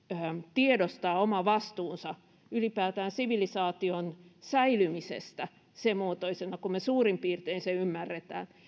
tiedostaa oma vastuunsa ylipäätään sivilisaation säilymisestä sen muotoisena kuin me suurin piirtein sen ymmärrämme